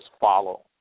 follow